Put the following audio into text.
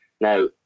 now